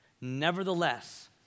Nevertheless